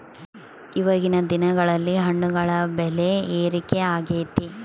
ಇವಾಗಿನ್ ದಿನಗಳಲ್ಲಿ ಹಣ್ಣುಗಳ ಬೆಳೆ ಏರಿಕೆ ಆಗೈತೆ